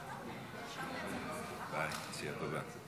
מותר.